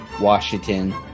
Washington